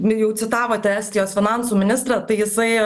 jau citavote estijos finansų ministrą tai jisai